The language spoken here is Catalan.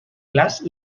glaç